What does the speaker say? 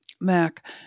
mac